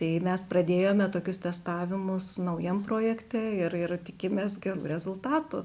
tai mes pradėjome tokius testavimus naujam projekte ir ir tikimės gerų rezultatų